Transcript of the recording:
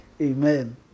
amen